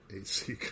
AC